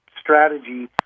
strategy